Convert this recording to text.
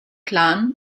plan